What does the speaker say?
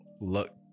look